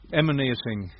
emanating